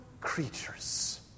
creatures